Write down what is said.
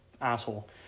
asshole